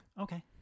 Okay